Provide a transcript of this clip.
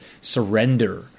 surrender